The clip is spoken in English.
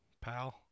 pal